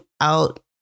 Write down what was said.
out